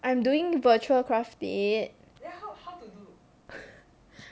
I'm doing virtual craft it